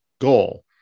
goal